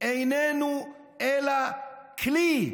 איננו אלא כלי,